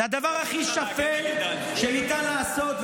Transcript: זה הדבר הכי שפל שניתן לעשות.